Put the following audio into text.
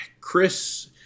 Chris